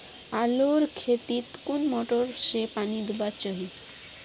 आलूर खेतीत कुन मोटर से पानी दुबा चही?